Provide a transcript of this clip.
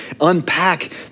unpack